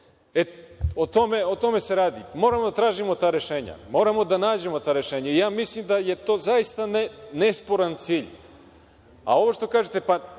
tome se radi. Moramo da tražimo ta rešenja. Moramo da nađemo ta rešenja. Ja mislim da je to zaista nesporan cilj. A ovo što kažete –